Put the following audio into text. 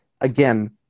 again